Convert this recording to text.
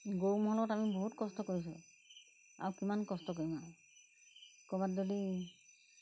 গৰু ম'হত আমি বহুত কষ্ট কৰিছোঁ আৰু কিমান কষ্ট কৰিম আৰু ক'ৰবাত যদি